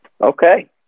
Okay